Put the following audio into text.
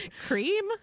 cream